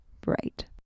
bright